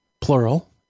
plural